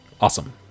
Awesome